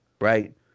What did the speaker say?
right